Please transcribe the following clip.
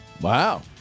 Wow